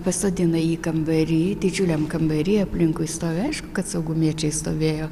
pasodino jį kambary didžiuliam kambary aplinkui stovi aišku kad saugumiečiai stovėjo